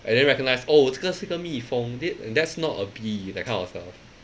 and then recognise oh 这个是一个蜜蜂 that that's not a bee that kind of stuff ah